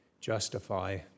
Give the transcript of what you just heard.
justify